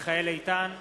מיכאל איתן,